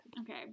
Okay